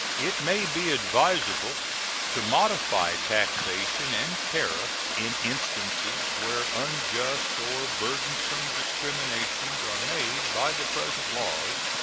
it may be advisable to modify taxation and tariff in instances where unjust or burdensome discriminations are made by the present laws,